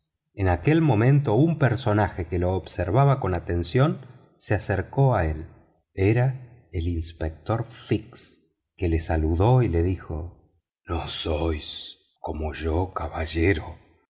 en aquel momento un personaje que lo observaba con atención se acercó a él era el inspector fix que lo saludó y le dijo no sois como yo caballero